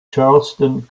charleston